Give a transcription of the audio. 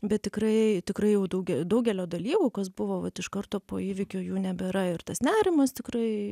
bet tikrai tikrai jau dauge daugelio dalykų kas buvo vat iš karto po įvykio jų nebėra ir tas nerimas tikrai